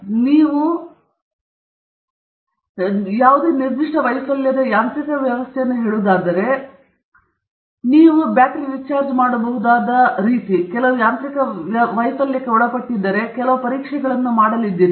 ಆದ್ದರಿಂದ ನೀವು ಬಗ್ಗೆ ಮಾತನಾಡುತ್ತಿದ್ದರೆ ನಿರ್ದಿಷ್ಟ ವೈಫಲ್ಯದ ಯಾಂತ್ರಿಕ ವ್ಯವಸ್ಥೆಯನ್ನು ಹೇಳುವುದಾದರೆ ನಿಮಗೆ ತಿಳಿಸಿ ನಿಮಗೆ ತಿಳಿದಿರುವ ಯಾಂತ್ರಿಕ ವೈಫಲ್ಯ ನೀವು ಬ್ಯಾಟರಿ ರೀಚಾರ್ಜ್ ಮಾಡಬಹುದಾದ ಬ್ಯಾಟರಿ ಕೆಲವು ಯಾಂತ್ರಿಕ ವೈಫಲ್ಯಕ್ಕೆ ಒಳಪಟ್ಟಿದ್ದರೆ ನೀವು ಕೆಲವು ಪರೀಕ್ಷೆಯನ್ನು ಮಾಡಿದ್ದೀರಿ